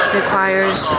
requires